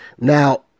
Now